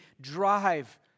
drive